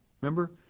remember